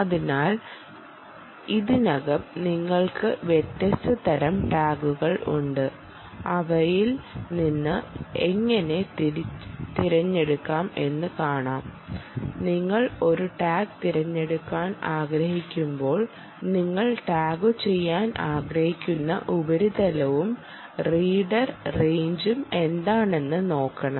അതിനാൽ ഇതിനകം നിങ്ങൾക്ക് വ്യത്യസ്ത തരം ടാഗുകൾ ഉണ്ട് അവയിൽ നിന്ന് എങ്ങനെ തിരഞ്ഞെടുക്കും എന്നത് കാണാം നിങ്ങൾ ഒരു ടാഗ് തിരഞ്ഞെടുക്കാൻ ആഗ്രഹിക്കുമ്പോൾ നിങ്ങൾ ടാഗുചെയ്യാൻ ആഗ്രഹിക്കുന്ന ഉപരിതലവും റീഡർ റേഞ്ചും എന്താണെന്ന് നോക്കണം